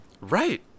right